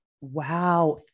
Wow